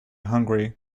hungry